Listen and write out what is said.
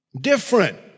Different